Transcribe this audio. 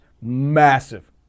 Massive